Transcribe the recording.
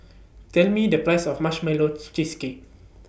Tell Me The Price of Marshmallow Cheesecake